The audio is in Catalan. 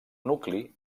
nucli